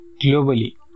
globally